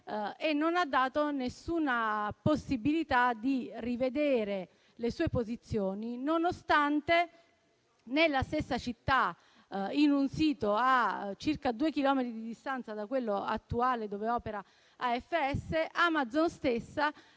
senza dare possibilità alcuna di rivedere le sue posizioni nonostante nella stessa città, in un sito a circa 2 chilometri di distanza da quello attuale dove opera AFS, Amazon stessa